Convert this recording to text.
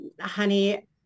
honey